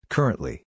Currently